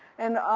and,